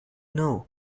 know